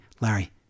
Larry